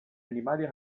animali